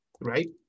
right